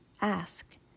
Ask